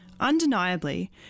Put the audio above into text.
Undeniably